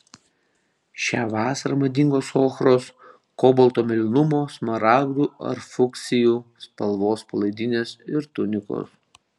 šią vasarą madingos ochros kobalto mėlynumo smaragdų ar fuksijų spalvos palaidinės ir tunikos